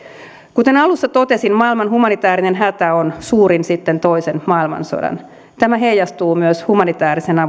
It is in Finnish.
kuten alussa totesin maailman humanitäärinen hätä on suurin sitten toisen maailmansodan tämä heijastuu myös humanitäärisen avun